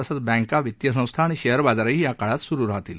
तसंच बँका वित्तीय संस्था आणि शेअर बाजारही या काळात सुरु राहतील